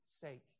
sake